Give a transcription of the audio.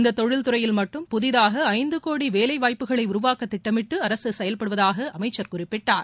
இந்த தொழில்துறையில் மட்டும் புதிதாக ஐந்து கோடி வேலைவாய்ப்புகளை உருவாக்க திட்டமிட்டு அரசு செயல்படுவதாக அமைச்சர் குறிப்பிட்டார்